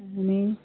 आनी